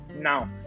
Now